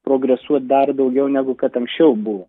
progresuot dar daugiau negu kad anksčiau buvo